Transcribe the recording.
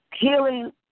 healing